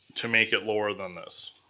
to make it lower than this.